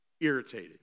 Irritated